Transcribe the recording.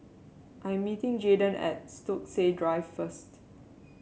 I am meeting Jayden at Stokesay Drive first